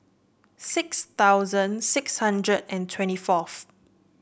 six thousand six hundred and twenty fourth